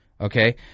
Okay